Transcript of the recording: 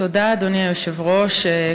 אדוני היושב-ראש,